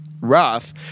rough